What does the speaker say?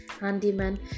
handyman